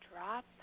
Drop